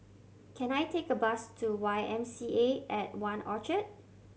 can I take a bus to Y M C A at One Orchard